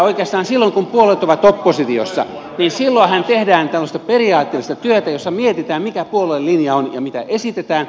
oikeastaan silloin kun puolueet ovat oppositiossa silloinhan tehdään tämmöistä periaatteellista työtä jossa mietitään mikä puolueen linja on ja mitä esitetään